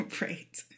Right